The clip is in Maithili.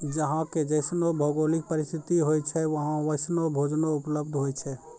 जहां के जैसनो भौगोलिक परिस्थिति होय छै वहां वैसनो भोजनो उपलब्ध होय छै